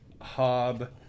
hob